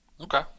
Okay